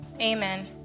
amen